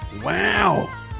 Wow